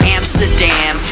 Amsterdam